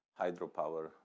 hydropower